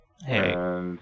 hey